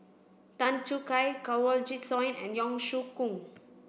Tan Choo Kai Kanwaljit Soin and Yong Shu Hoong